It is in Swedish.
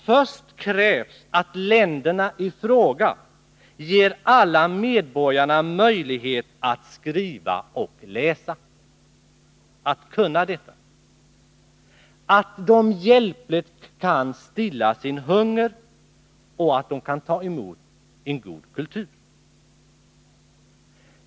Först krävs att länderna i fråga ger alla medborgarna möjlighet att lära sig skriva och läsa, att de hjälpligt kan stilla sin hunger och att de kan ta emot en god kultur.